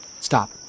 stop